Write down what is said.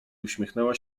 uśmiechnęła